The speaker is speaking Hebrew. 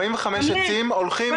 45 עצים הולכים.